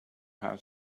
how